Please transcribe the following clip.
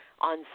on